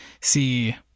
see